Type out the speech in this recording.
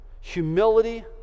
humility